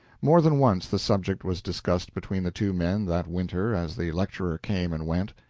more than once the subject was discussed between the two men that winter as the lecturer came and went,